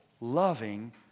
loving